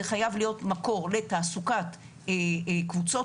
זה חייב להיות מקור לתעסוקת קבוצות